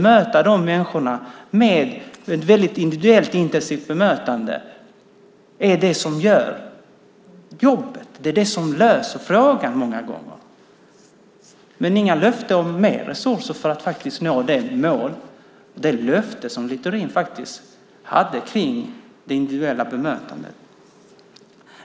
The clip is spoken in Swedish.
Att ge dessa människor ett väldigt individuellt och intensivt bemötande är det som gör jobbet och många gånger löser frågan. Det finns inga löften om mer resurser för att nå det mål och uppfylla det löfte som Littorin hade om det individuella bemötandet.